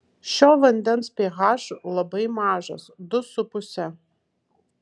šio vandens ph labai mažas du su puse